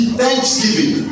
thanksgiving